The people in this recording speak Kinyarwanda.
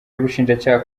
y’ubushinjacyaha